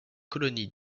colonies